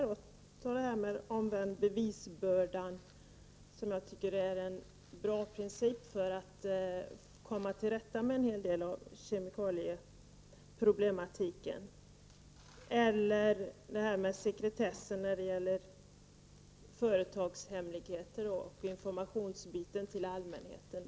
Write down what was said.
Principen om den omvända bevisbördan tycker jag är bra när det gäller att komma till rätta med en hel del av kemikalieproblematiken eller det här med sekretessen beträffande företagshemligheter och informationsbiten till allmänheten.